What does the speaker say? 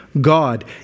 God